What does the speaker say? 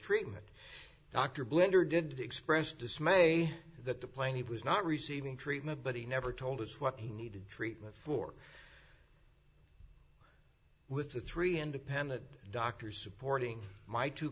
treatment dr blendr did express dismay that the plane he was not receiving treatment but he never told us what he needed treatment for with the three independent doctors supporting my two